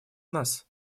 нас